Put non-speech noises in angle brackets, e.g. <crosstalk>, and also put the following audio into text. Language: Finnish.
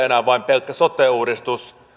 <unintelligible> enää vain pelkkä sote uudistus